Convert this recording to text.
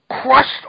crushed